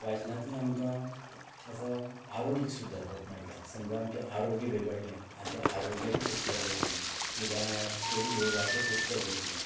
वाचनांतल्यान आमकां आसा आरोग्य सुदारपाक मेळटा समजा आमचें आरोग्य बिगडलें आनी तें आरोग्याचें पुस्तक घेतलें उदारणा एक युवाचें पुस्तक घेतलें